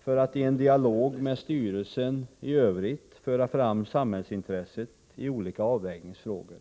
för att i en dialog med styrelsen i övrigt föra fram samhällsintresset i olika avvägningsfrågor.